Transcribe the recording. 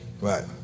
right